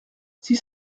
six